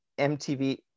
MTV